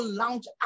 launch